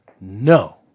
no